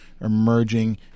emerging